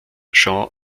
jean